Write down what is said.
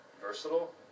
Versatile